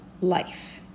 life